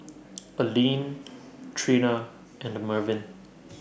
Aleen Trina and Mervin